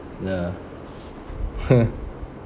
ya